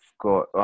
got